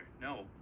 No